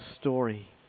story